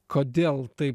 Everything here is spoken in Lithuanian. kodėl taip